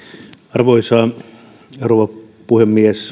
arvoisa rouva puhemies